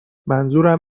منظورم